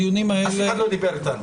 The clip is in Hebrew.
הדיונים האלה מחוץ --- אף אחד לא דיבר איתנו.